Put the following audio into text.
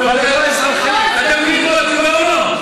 אתם רוצים תשובה או לא?